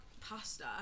pasta